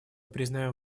признаем